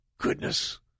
goodness